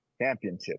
Championship